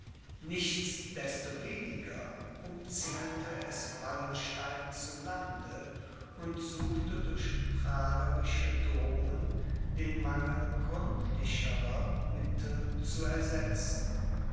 destoweniger umzingelte es wallenstein zu lande und suchte durch prahlerische drohungen den mangel gründlicherer mittel zu ersetzen